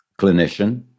clinician